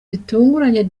bitunguranye